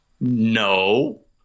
no